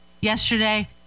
yesterday